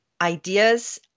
ideas